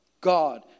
God